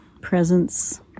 presence